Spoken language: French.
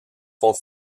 font